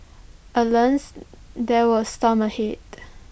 alas there were storms ahead